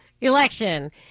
election